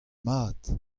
mat